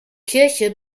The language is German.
kirche